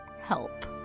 help